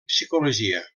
psicologia